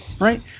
right